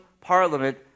parliament